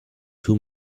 two